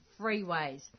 freeways